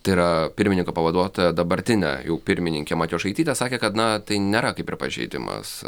tai yra pirmininko pavaduotoja dabartinė jų pirmininkė matjošaitytė sakė kad na tai nėra kaip ir pažeidimas